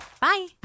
Bye